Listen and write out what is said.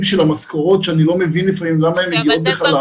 המשכורות ואני לפעמים לא מבין למה הן בכלל מגיעות לעבודה.